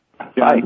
Hi